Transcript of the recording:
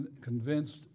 convinced